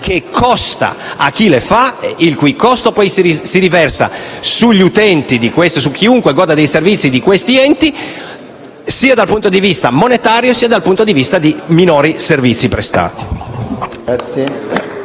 che costano a chi le fa e il cui costo si riversa su chiunque goda dei servizi di questi enti, sia dal punto di vista monetario sia dal punto di vista di minori servizi prestati.